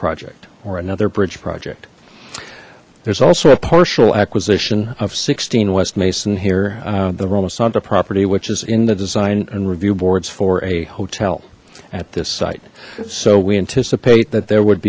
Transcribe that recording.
project or another bridge project there's also a partial acquisition of sixteen west mason here the romasanta property which is in the design and review boards for a hotel at this site so we anticipate that there would